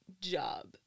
job